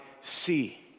see